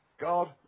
God